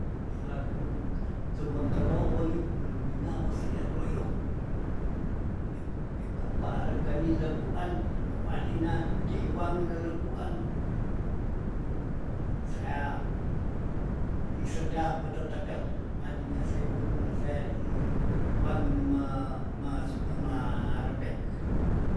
Saku tumekelou wengi kulu minga moseloyot, ek- ekepareng kenileguan ewalina deih wangu neleguan, seah li sedap metetekel madingase burung reseri ih wangunume- me su marebek.